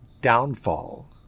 downfall